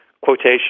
quotation